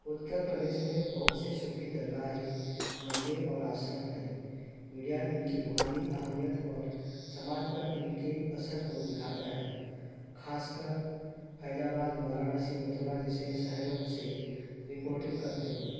اتر پردیش میں بہت سے صوفی درگاہ مندر اور آشرم ہے میڈیا ان کی روحانی اہمیت اور سماج پر ان کے اثر کو دکھاتا ہے خاص کر حیج آباد وارانسی متورا جیسے شہروں سے رپورٹنگ کرتے ہوئے